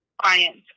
clients